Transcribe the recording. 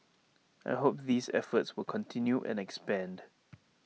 I hope these efforts will continue and expand